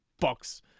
box